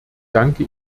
danke